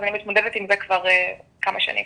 אז אני מתמודדת עם זה כבר כמה שנים.